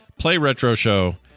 PlayRetroShow